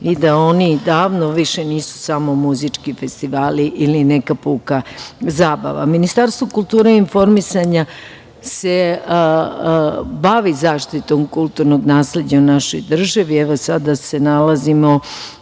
i da oni davno više samo muzički festivali ili neka puka zabava. Ministarstvo kulture i informisanja se bavi zaštitom kulturnog nasleđa u našoj državi. Evo, sada se nalazimo